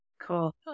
cool